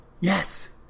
Yes